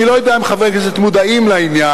אני לא יודע אם חברי כנסת מודעים לעניין,